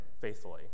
faithfully